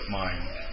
mind